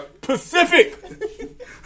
Pacific